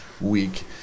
week